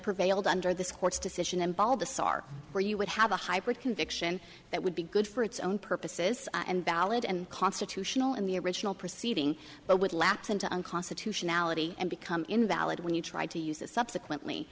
prevailed under this court's decision and ball the saar where you would have a hybrid conviction that would be good for its own purposes and valid and constitutional in the original proceeding but would lapse into unconstitutionality and become invalid when you try to use it subsequently